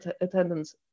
attendance